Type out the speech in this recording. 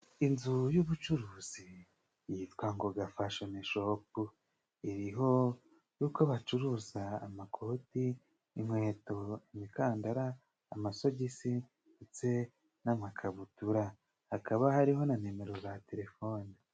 Inzu y'ubucuruzi yitwa Ngoga Fashoni Shopu, iriho yuko bacuruza amakoti, inkweto, imikandara amasogisi ndetse n'amakabutura. Hakaba hariho na nimero za telefoni.